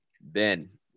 Ben